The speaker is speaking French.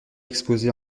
exposés